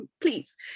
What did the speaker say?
please